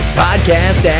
podcast